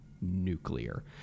nuclear